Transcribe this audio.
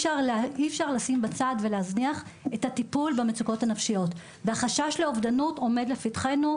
ששם למטרה ראשונה את טיפוח ההורות וטיפול